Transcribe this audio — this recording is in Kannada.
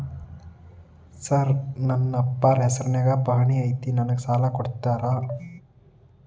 ಸರ್ ನನ್ನ ಅಪ್ಪಾರ ಹೆಸರಿನ್ಯಾಗ್ ಪಹಣಿ ಐತಿ ನನಗ ಸಾಲ ಕೊಡ್ತೇರಾ?